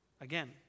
again